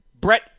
Brett